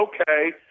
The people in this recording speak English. okay